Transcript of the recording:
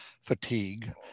fatigue